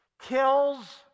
kills